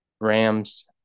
Rams